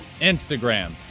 Instagram